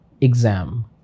exam